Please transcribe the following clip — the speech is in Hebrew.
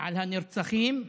על הנרצחים,